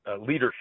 leadership